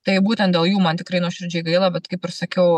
tai būtent dėl jų man tikrai nuoširdžiai gaila bet kaip ir sakiau